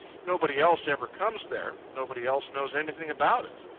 nobody else ever comes there. nobody else knows anything about it.